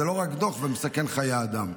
זה לא רק דוח, זה מסכן חיי אדם.